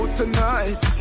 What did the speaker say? tonight